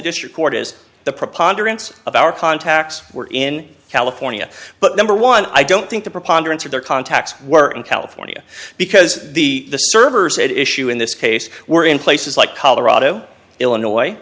district court is the preponderance of our contacts were in california but number one i don't think the preponderance of their contacts were in california because the servers at issue in this case were in places like colorado illinois